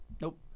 nope